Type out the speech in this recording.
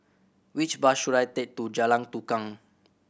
which bus should I take to Jalan Tukang